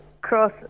cross